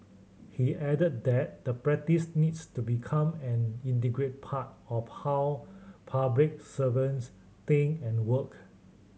he added that the practice needs to become an integrate part of how public servants think and work